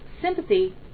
sympathy